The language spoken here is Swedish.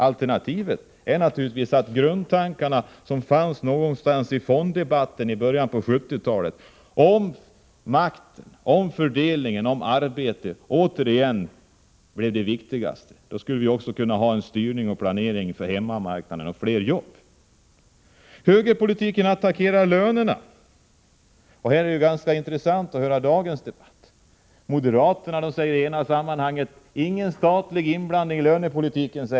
Alternativet är naturligtvis att de grundtankar som fanns i fonddebatten i början av 1970-talet om makten, fördelningen och arbetet, återigen blir det viktigaste. Då skulle vi också kunna ha en styrning och planering för hemmamarknaden och få fler jobb. Högerpolitiken attackerar lönerna. Här är det ganska intressant att lyssna till dagens debatt. Moderaterna säger i det ena sammanhanget: Ingen statlig inblandning i lönepolitiken.